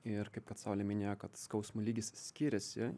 ir kaip kad saulė minėjo kad skausmo lygis skiriasi